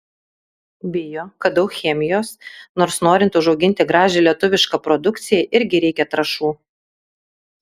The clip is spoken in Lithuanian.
bijo kad daug chemijos nors norint užauginti gražią lietuvišką produkciją irgi reikia trąšų